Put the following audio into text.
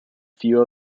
few